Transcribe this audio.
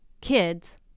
kids